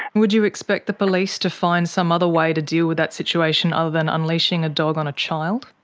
would you expect the police to find some other way to deal with that situation other than unleashing a dog on a child?